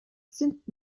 sind